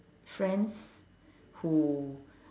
friends who